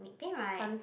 pain right